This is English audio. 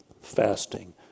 fasting